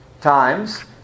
times